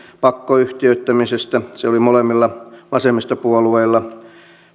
pakkoyhtiöittämisestä se oli molemmilla vasemmistopuolueilla